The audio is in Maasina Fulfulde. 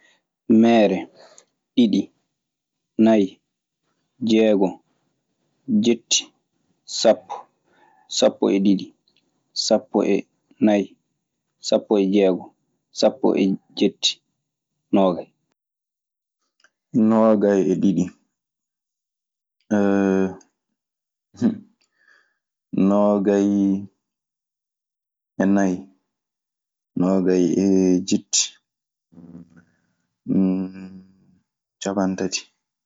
Meere, diɗɗi, nayi, jeegon, dietti, sapo, sapo e diɗɗi, sapo e nayi, sapo e jeegon, sapo e jetti, nogayi, noogay e ɗiɗi, noogay e nayi, noogay e jeetati, cappanɗe tati.